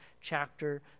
chapter